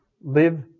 Live